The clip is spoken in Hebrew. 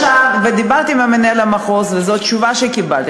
דיברתי עם מנהל המחוז, וזאת התשובה שקיבלתי.